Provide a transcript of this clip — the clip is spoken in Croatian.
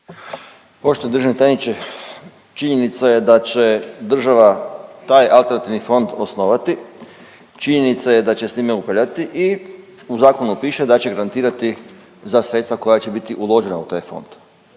Poštovani državni tajniče. Činjenica je da će država taj alternativni fond osnovati, činjenica je da će s njime upravljati i u zakonu piše da će garantirati za sredstva koja će biti uložena u taj fond,